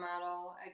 model